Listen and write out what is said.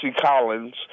Collins